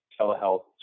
telehealth